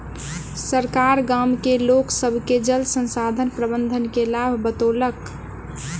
सरकार गाम के लोक सभ के जल संसाधन प्रबंधन के लाभ बतौलक